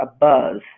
abuzz